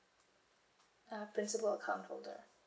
uh principal account holder